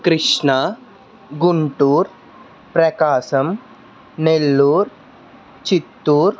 Krishna Guntur Prakasam Nellore Chittoor